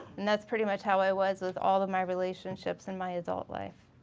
and that's pretty much how i was with all of my relationships in my adult life.